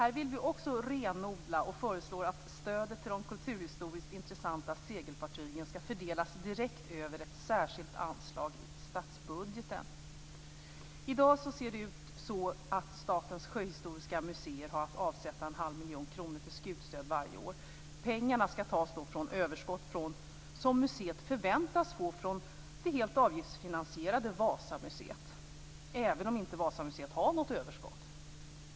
Här vill vi också renodla och föreslår att stödet till de kulturhistoriskt intressanta segelfartygen skall fördelas direkt över ett särskilt anslag i statsbudgeten. I dag har Statens sjöhistoriska museum att avsätta en halv miljon kronor till skutstöd varje år. Pengarna skall tas från överskott som museet förväntas få från det helt avgiftsfinansierade Vasamuseet, även om inte Vasamuseet har något överskott.